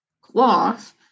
cloth